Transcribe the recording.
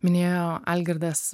minėjo algirdas